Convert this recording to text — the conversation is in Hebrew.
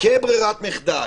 כברירת מחדל,